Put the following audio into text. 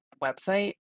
website